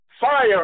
fire